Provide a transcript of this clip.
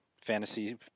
fantasy